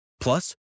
Plus